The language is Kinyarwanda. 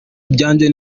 ryanje